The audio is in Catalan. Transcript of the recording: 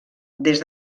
des